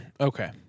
Okay